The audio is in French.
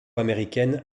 américaine